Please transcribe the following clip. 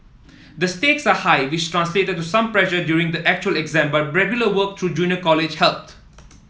the stakes are high which translated to some pressure during the actual exam but regular work through junior college helped